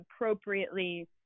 appropriately